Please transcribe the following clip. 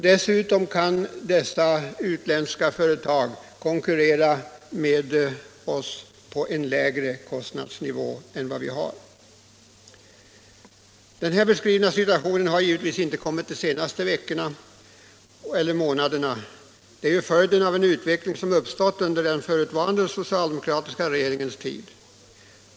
Dessa utländska företag kan dessutom konkurrera med oss på en lägre kostnadsnivå än vi har. Den här beskrivna situationen har givetvis inte uppkommit de senaste veckorna eller månaderna. Den är följden av en utveckling som uppstått under den förutvarande, socialdemokratiska regeringens tid.